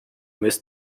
missed